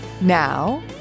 Now